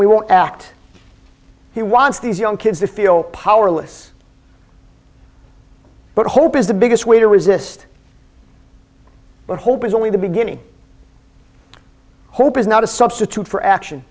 will act he wants these young kids to feel powerless but hope is the biggest way to resist but hope is only the beginning hope is not a substitute for action